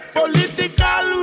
political